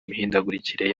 mihindagurikire